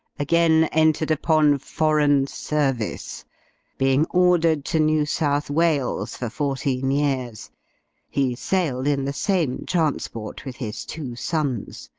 again entered upon foreign service being ordered to new south wales, for fourteen years he sailed in the same transport with his two sons.